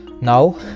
Now